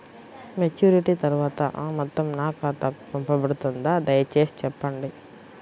Maturity తర్వాత ఆ మొత్తం నా ఖాతాకు పంపబడుతుందా? దయచేసి చెప్పండి?